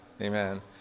Amen